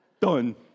done